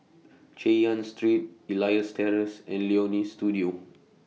Chay Yan Street Elias Terrace and Leonie Studio